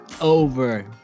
over